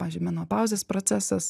pavyzdžiui menopauzės procesas